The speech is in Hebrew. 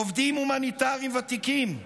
'עובדים הומניטריים ותיקים,